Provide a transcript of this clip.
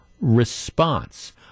response